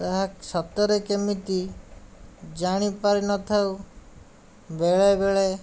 ଏହା ସତରେ କେମିତି ଜାଣିପାରିନଥାଉ ବେଳେବେଳେ